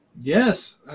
yes